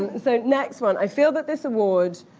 and so next one. i feel that this award.